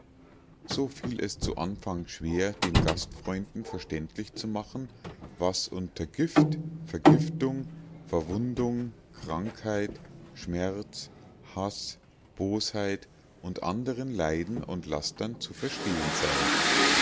hielt es zu anfang schwer den gastfreunden verständlich zu machen was unter gift vergiftung verwundung krankheit schmerzen haß bosheit und anderen leiden und lastern zu verstehen sei